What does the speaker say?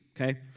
Okay